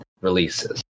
releases